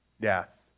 death